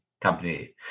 company